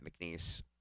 McNeese